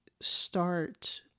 start